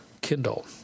Kindle